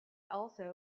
also